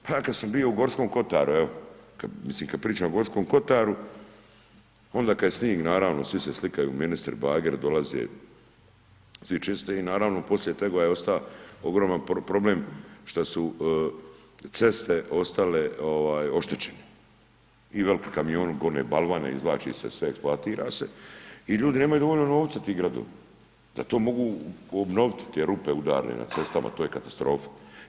Pa ja kada sam bio u Gorskom Kotaru, mislim kad pričamo o Gorskom Kotaru, onda kada je snijeg naravno, svi se slikaju, ministri, bageri dolaze, svi čiste i naravno poslije toga je ostao ogroman problem što su ceste ostale oštećene i veliki kamioni gone balvane, izvlači se, sve eksploatira se i ljudi nemaju dovoljno novca, ti gradovi da to mogu obnoviti, te rupe udarne na cestama, to je katastrofa.